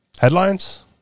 headlines